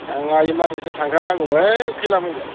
आंहा इमारजेन्सि थांथारनांगौमोन खैला मैलायाव